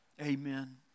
Amen